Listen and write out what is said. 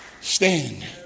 stand